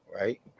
right